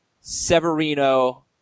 Severino